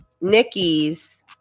Nikki's